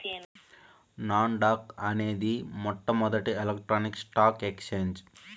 non dock అనేది మొట్టమొదటి electronic stock exchange